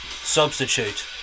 Substitute